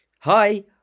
Hi